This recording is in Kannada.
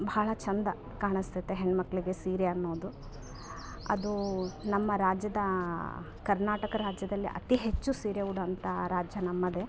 ಭಾಳ ಚಂದ ಕಾಣಸ್ತದೆ ಹೆಣ್ಮಕ್ಕಳಿಗೆ ಸೀರೆ ಅನ್ನೋದು ಅದು ನಮ್ಮ ರಾಜ್ಯದ ಕರ್ನಾಟಕ ರಾಜ್ಯದಲ್ಲಿ ಅತಿ ಹೆಚ್ಚು ಸೀರೆ ಉಡೋಂಥ ರಾಜ್ಯ ನಮ್ಮದೆ